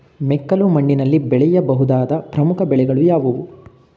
ಮೆಕ್ಕಲು ಮಣ್ಣಿನಲ್ಲಿ ಬೆಳೆಯ ಬಹುದಾದ ಪ್ರಮುಖ ಬೆಳೆಗಳು ಯಾವುವು?